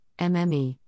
MME